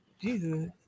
Jesus